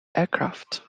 aircraft